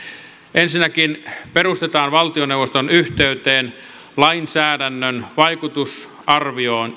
ensinnäkin perustetaan valtioneuvoston yhteyteen lainsäädännön vaikutusarviointi